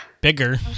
bigger